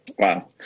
Wow